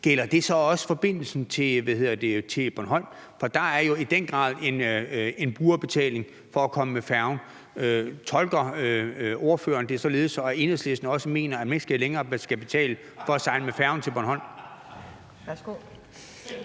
Gælder det så også forbindelsen til Bornholm? For der er jo i den grad en brugerbetaling for at komme med færgen. Tolker ordføreren det således, at Enhedslisten også mener, at man ikke længere skal betale for at sejle med færgen til Bornholm?